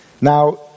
Now